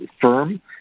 firm